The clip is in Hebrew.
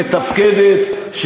מתפקדת,